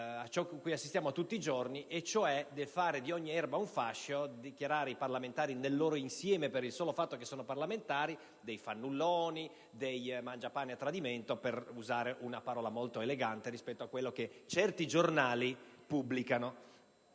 a cui assistiamo tutti i giorni, cioè del fare di ogni erba un fascio, di dichiarare i parlamentari nel loro insieme, per il solo fatto che sono parlamentari, dei fannulloni, dei mangiapane a tradimento, per usare un'espressione molto elegante rispetto a quello che certi giornali pubblicano.